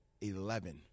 Eleven